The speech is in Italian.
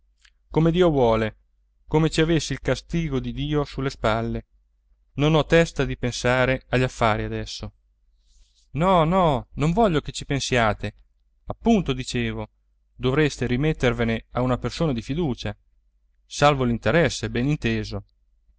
come dio vuole come ci avessi il gastigo di dio sulle spalle non ho testa di pensare agli affari adesso no no non voglio che ci pensiate appunto dicevo dovreste rimettervene a una persona di fiducia salvo